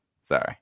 Sorry